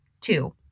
two